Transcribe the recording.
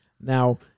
Now